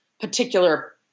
particular